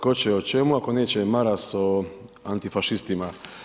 Ko će o čemu, ako neće Maras o antifašistima.